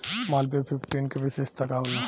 Malviya fifteen के विशेषता का होला?